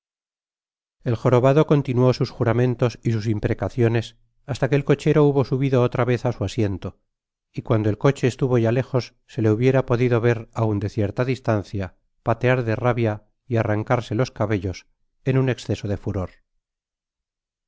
el jorobado continuó sus juramentos y sus imprecaciones hasta que el cochero hubo subido otra vez á su asiento y cuando el coche estuvo ya lejos se le hubiera podido ver aun de cierta distancia patear de rabia y arrancarse los cabellos en un exceso de furor